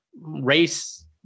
race